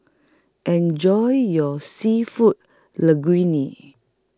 Enjoy your Seafood Linguine